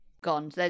gone